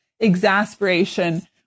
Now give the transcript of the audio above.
exasperation